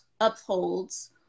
upholds